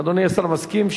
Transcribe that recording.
אדוני השר מסכים?